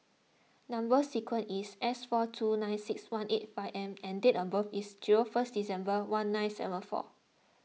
Number Sequence is S four two nine six one eight five M and date of birth is first December one nine seven four